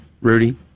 Rudy